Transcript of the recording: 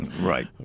Right